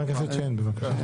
חבר הכנסת שיין, בבקשה.